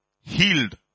Healed